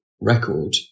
record